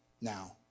Now